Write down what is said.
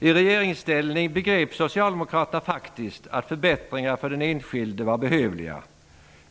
I regeringsställning begrep Socialdemokraterna faktiskt att förbättringar för den enskilde var behövliga.